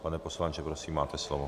Pane poslanče, prosím, máte slovo.